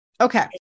Okay